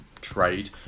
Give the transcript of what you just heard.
trade